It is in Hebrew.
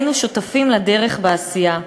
היינו שותפים לדרך בעשייה.